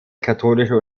katholische